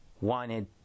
wanted